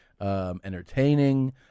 entertaining